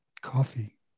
Coffee